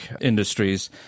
industries